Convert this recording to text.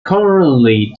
currently